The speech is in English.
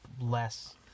less